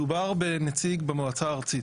מדובר בנציג במועצה הארצית,